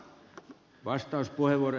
arvoisa puhemies